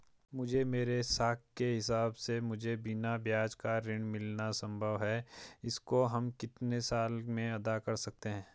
मुझे मेरे साख के हिसाब से मुझे बिना ब्याज का ऋण मिलना संभव है इसको हम कितने साल में अदा कर सकते हैं?